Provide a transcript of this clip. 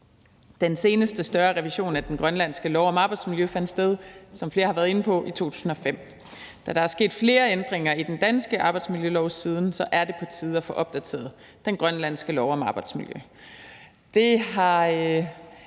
Den seneste større revision af den grønlandske lov om arbejdsmiljø fandt sted, som flere har været inde på, i 2005. Da der er sket flere ændringer i den danske arbejdsmiljølov siden, er det på tide at få opdateret den grønlandske lov om arbejdsmiljø.